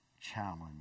challenge